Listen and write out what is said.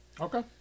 okay